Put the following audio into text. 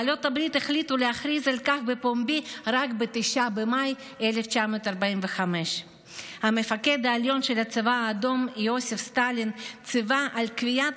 בעלות הברית החליטו להכריז על כך בפומבי רק ב-9 במאי 1945. המפקד העליון של הצבא האדום יוסף סטלין ציווה על קביעת